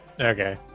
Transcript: Okay